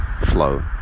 flow